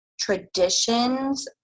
traditions